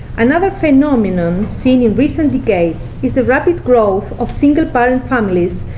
and other phenomenon, seen in recent decades, is the rapid growth of single-parent families,